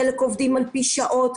חלק עובדים על פי שעות.